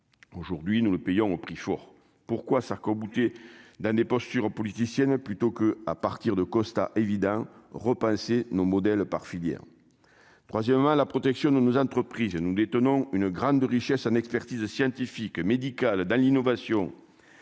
aujourd'hui nous le payons au prix fort, pourquoi Sarko dans des postures politiciennes plutôt que à partir de Costa évident repenser nos modèles par filière, troisièmement la protection nos, nos entreprises, nous détenons une grande richesse, un expertise scientifique médicale dans l'innovation,